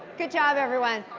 good job everyone.